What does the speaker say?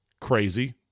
Crazy